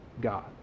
God